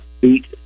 beat